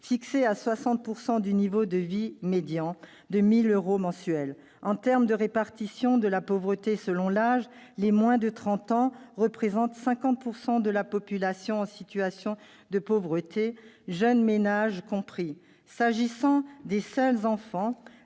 à 60 % du niveau de vie médian et s'établit à environ 1 000 euros mensuels. En termes de répartition de la pauvreté selon l'âge, les moins de trente ans représentent 50 % de la population en situation de pauvreté, jeunes ménages compris. S'agissant des seuls enfants,